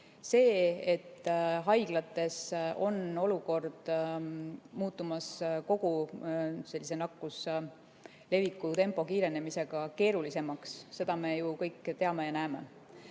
seda, et haiglates on olukord muutumas nakkuse leviku tempo kiirenemisega keerulisemaks, me ju kõik teame ja näeme.